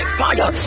fire